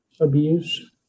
abuse